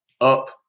up